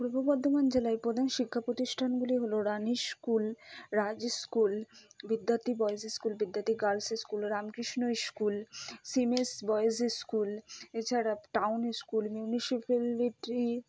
পূর্ব বর্ধমান জেলায় প্রধান শিক্ষা প্রতিষ্ঠানগুলি হল Rani school Raj school Vidyarthi boys school Vidyarthi girls school Ramakrishna school CMS boys school এছাড়া টাউন স্কুল মিউনিসিপ্যালিটি